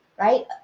right